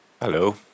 Hello